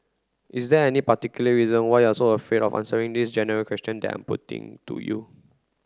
is there any particular reason why are so afraid of answering this general question that I'm putting to you